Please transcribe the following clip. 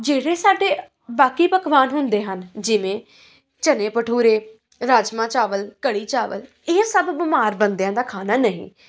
ਜਿਹੜੇ ਸਾਡੇ ਬਾਕੀ ਪਕਵਾਨ ਹੁੰਦੇ ਹਨ ਜਿਵੇਂ ਚਨੇ ਭਟੂਰੇ ਰਾਜਮਾਂਹ ਚਾਵਲ ਘੜੀ ਚਾਵਲ ਇਹ ਸਭ ਬਿਮਾਰ ਬੰਦਿਆਂ ਦਾ ਖਾਣਾ ਨਹੀਂ